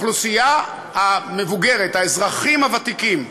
האוכלוסייה המבוגרת, האזרחים הוותיקים.